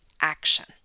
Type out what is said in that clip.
action